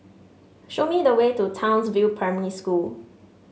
show me the way to Townsville Primary School